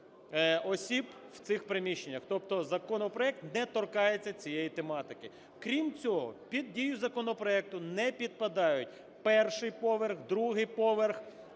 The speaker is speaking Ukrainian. Тобто законопроект не торкається цієї тематики. Крім цього, під дію законопроекту не підпадають 1-й поверх, 2-й поверх,